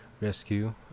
rescue